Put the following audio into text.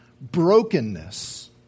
brokenness